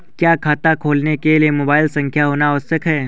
क्या खाता खोलने के लिए मोबाइल संख्या होना आवश्यक है?